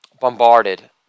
bombarded